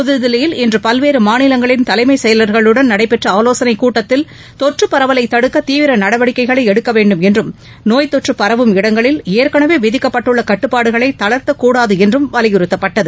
புததில்லியில் இன்று பல்வேறு மாநிலங்களின் தலைமைச்செயலர்களுடன் நடைபெற்ற ஆவோசனைக் கூட்டத்தில் தொற்று பரவலை தடுக்க தீவிர நடவடிக்கைகளை எடுக்கவேண்டும் என்றும் நோய் தொற்று பரவும் இடங்களில் ஏற்கனவே விதிக்கப்பட்டுள்ள கட்டுப்பாடுகளை தளர்த்தக் கூடாது என்றும் வலியுறுத்தப்பட்டது